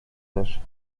też